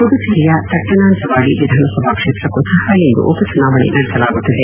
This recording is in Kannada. ಪುದುಚೆರಿಯ ತಟ್ಟನಾಂಚವಾಡಿ ವಿಧಾನಸಭಾ ಕ್ಷೇತ್ರಕ್ಕೂ ಸಹ ಇಂದು ಉಪಚುನಾವಣೆ ನಡೆಸಲಾಗುತ್ತಿದೆ